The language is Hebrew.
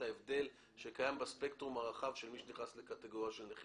ההבדל שקיים בספקטרום הרחב של מי שנכנס לקטגוריה של נכים,